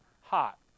Hot